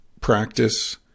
practice